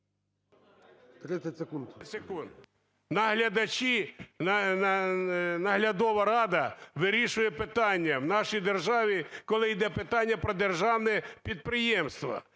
…наглядачі, наглядова рада вирішує питання в нашій державі, коли йде питання про державне підприємство?